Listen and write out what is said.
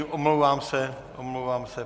Omlouvám se, omlouvám se.